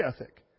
ethic